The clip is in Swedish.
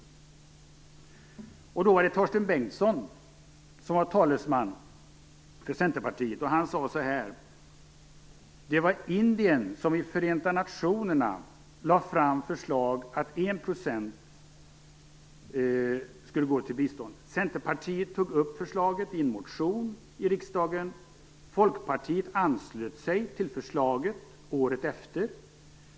År 1976 var det Torsten Bengtson som var talesman för Centerpartiet, och han sade så här: "Det var 1 %. Centerpartiet tog upp förslaget i en motion i riksdagen. Folkpartiet anslöt sig till förslaget året efter.